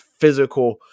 physical